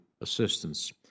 assistance